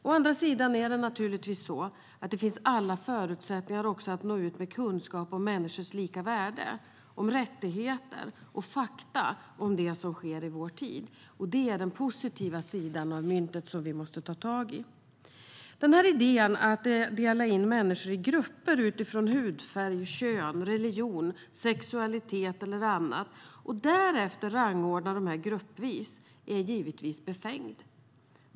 Å andra sidan finns naturligtvis alla förutsättningar att nå ut med kunskap om människors lika värde, rättigheter och fakta om det som sker i vår tid. Det är den positiva sidan av myntet, som vi måste ta tag i. Idén att dela in människor i grupper utifrån hudfärg, kön, religion, sexualitet eller annat och därefter rangordna dem gruppvis är givetvis befängd.